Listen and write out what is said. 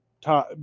time